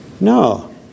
No